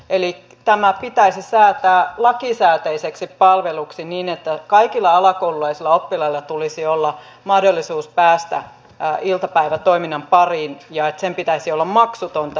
eli tämä pitäisi säätää lakisääteiseksi palveluksi niin että kaikilla alakoululaisilla oppilailla tulisi olla mahdollisuus päästä iltapäivätoiminnan pariin ja että sen pitäisi olla maksutonta